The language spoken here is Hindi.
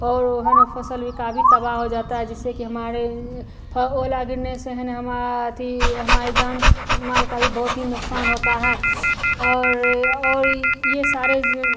और वह है न फ़सल भी काफी तबाह हो जाता है जिससे कि हमारे फ ओला गिरने से है न हमा अथी हमारे जान माल का भी बहुत ही नुकसान होता है और और यह सारे जो